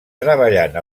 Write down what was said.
treballant